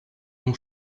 mon